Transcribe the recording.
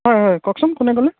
হয় হয় কওকচোন কোনে ক'লে